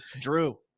Drew